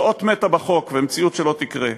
זאת אות מתה בחוק ומציאות שלא תקרה,